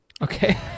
Okay